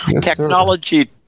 technology